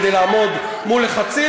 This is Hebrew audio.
כדי לעמוד מול לחצים,